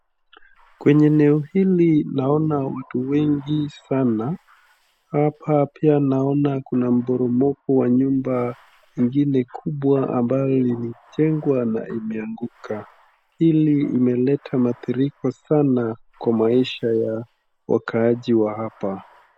Kwenye eneo hili naona watu wengi sana ,hapa pia naona kuna mporomoko wa nyumba ingine kubwa ambayo ilijengwa na imeanguaka, hili limeleta maadhiriko sana kwa maisha ya wakaaji wa hapa.